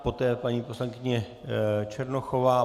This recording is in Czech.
Poté paní poslankyně Černochová.